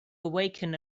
awaken